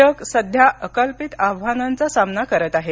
जग सध्या अकल्पित आव्हानांचा सामना करत आहे